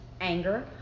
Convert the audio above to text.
anger